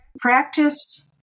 practice